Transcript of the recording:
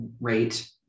rate